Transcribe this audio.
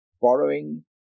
borrowing